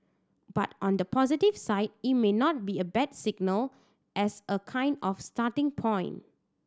but on the positive side it may not be a bad signal as a kind of starting point